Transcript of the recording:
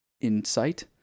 insight